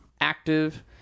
active